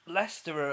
Leicester